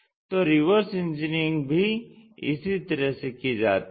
तो reverse engineering भी इसी तरह से की जाती है